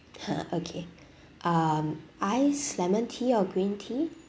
ha okay um ice lemon tea or green tea